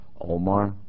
Omar